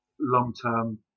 long-term